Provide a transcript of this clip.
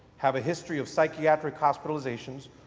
have a history of psychiatric hospitalizations,